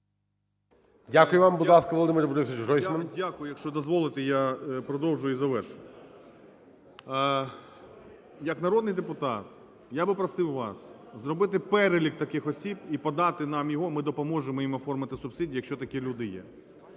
Дякую вам. Будь ласка, Володимир Борисович Гройсман.